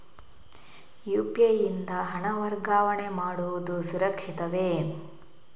UPI ಯಿಂದ ಹಣ ವರ್ಗಾವಣೆ ಮಾಡುವುದು ಸುರಕ್ಷಿತವೇ?